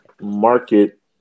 market